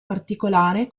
particolare